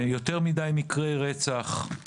יותר מדי מקרי רצח,